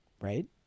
right